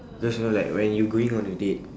just you know like when you going on a date